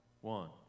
One